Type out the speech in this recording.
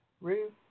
Rue